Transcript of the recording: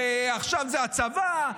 ועכשיו זה הצבא,